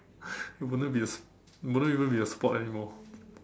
it wouldn't be a s~ it wouldn't even be a sport anymore